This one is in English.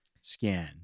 scan